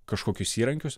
kažkokius įrankius